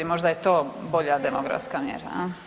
Možda je to bolja demografska mjera.